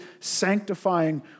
sanctifying